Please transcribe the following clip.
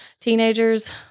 teenagers